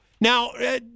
now